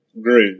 grew